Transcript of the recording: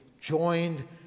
joined